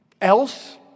else